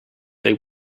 they